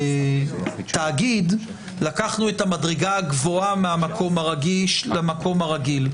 בתאגיד לקחנו את המדרגה הגבוהה מהמקום הרגיש למקום הרגיל.